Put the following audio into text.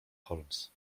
holmes